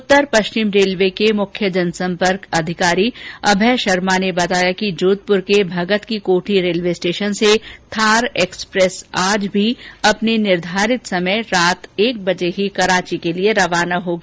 उत्तर पश्चिम रेलवे के मुख्य जन सम्पर्क अधिकारी अभय शर्मा ने बताया कि जोधपुर के भगत की कोठी रेलवे स्टेशन से थार एक्सप्रेस आज भी अपने निर्धारित समय रात एक बजे ही कराची के लिए रवाना होगी